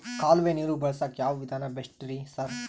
ಕಾಲುವೆ ನೀರು ಬಳಸಕ್ಕ್ ಯಾವ್ ವಿಧಾನ ಬೆಸ್ಟ್ ರಿ ಸರ್?